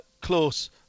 close